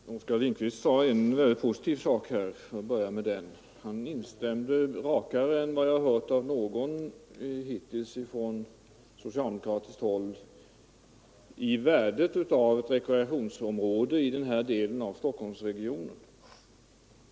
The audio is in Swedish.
Herr talman! Herr Lindkvist sade en positiv sak, för att börja med den. Han instämde rakare än vad jag hört av någon hittills från socialdemokratiskt håll i värdet av ett rekreationsområde i den här delen av Stockholmsregionen.